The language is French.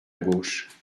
gauche